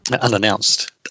unannounced